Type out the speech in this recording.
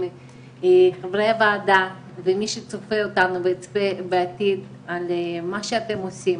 חברי הוועדה ומי שצופה בנו וצופה בעתיד על מה שאתם עושים,